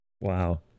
wow